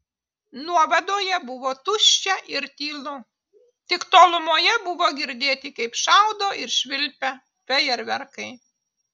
nuovadoje buvo tuščia ir tylu tik tolumoje buvo girdėti kaip šaudo ir švilpia fejerverkai